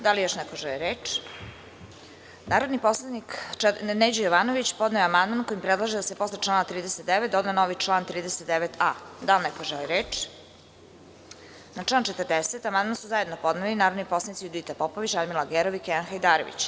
Da li još neko želi reč? (Ne.) Narodni poslanik Neđo Jovanović podneo je amandman kojim predlaže da se posle člana 39. doda novi član 39a. Da li neko želi reč? (Ne.) Na član 40. amandman su zajedno podneli narodni poslanici Judita Popović, Radmila Gerov i Kenan Hajdarević.